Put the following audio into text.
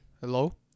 Hello